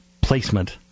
placement